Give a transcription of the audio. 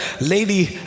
lady